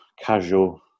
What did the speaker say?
casual